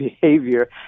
behavior